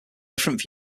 different